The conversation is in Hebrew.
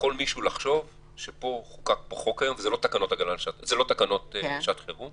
ויכול מישהו לחשוב שחוקק פה חוק היום וזה לא תקנות לשעת חירום,